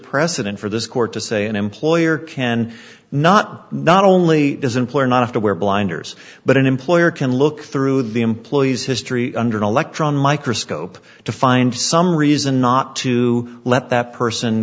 precedent for this court to say an employer can not not only does employer not have to wear blinders but an employer can look through the employee's history under an electron microscope to find some reason not to let that person